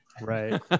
right